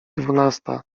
dwunasta